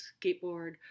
skateboard